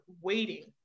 waiting